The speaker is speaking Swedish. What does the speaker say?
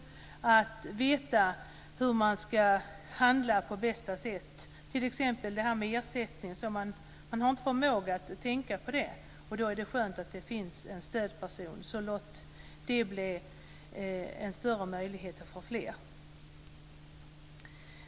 Det är svårt att veta hur man ska handla på bästa sätt t.ex. när det gäller ersättning. Man har inte förmåga att tänka på det, och då är det skönt att det finns en stödperson. Låt det bli en möjlighet för fler.